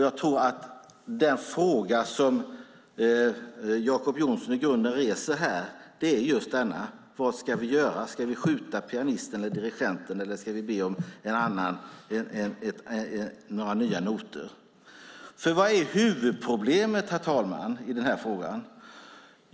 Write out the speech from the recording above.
Jag tror att den fråga som Jacob Johnson i grunden reser här är just denna: Vad ska vi göra? Ska vi skjuta pianisten eller dirigenten eller ska vi be om nya noter? Vad är huvudproblemet i den här frågan, herr talman?